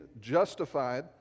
justified